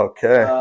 Okay